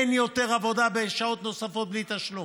אין יותר עבודה בשעות נוספות בלי תשלום.